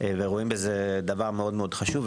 ורואים בזה דבר מאוד חשוב.